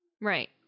Right